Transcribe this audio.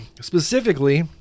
specifically